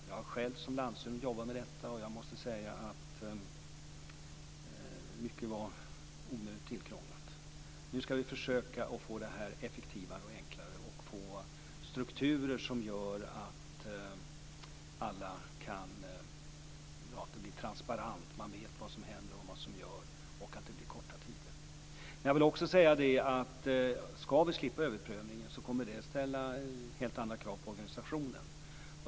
Jag har själv som landshövding jobbat med detta och jag måste säga att mycket var onödigt tillkrånglat. Nu skall vi försöka få det här effektivare och enklare och få strukturer som är sådana att det blir transparens, så att man vet vad som händer, vad som görs, och att det blir korta tider. Om vi skall slippa överprövningen kommer det att ställa helt andra krav på organisationen.